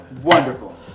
Wonderful